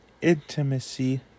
intimacy